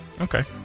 Okay